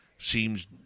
seems